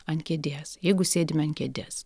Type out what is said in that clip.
ant kėdės jeigu sėdime ant kėdės